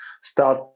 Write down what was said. start